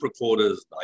recorders